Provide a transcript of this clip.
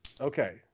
okay